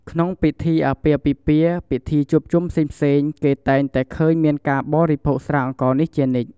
ក្នុងពិធីអាពាហ៍ពិពាហ៍ ពិធីជួបជុំផ្សេងៗគេតែងតែឃើញមាកការបរិភោគស្រាអង្ករនេះជានិច្ច។